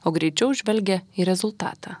o greičiau žvelgia į rezultatą